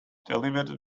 delivered